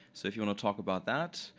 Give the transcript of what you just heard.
so if you want to talk about that,